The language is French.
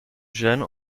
gène